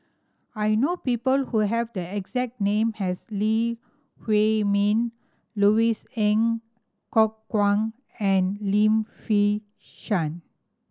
I know people who have the exact name as Lee Huei Min Louis Ng Kok Kwang and Lim Fei Shen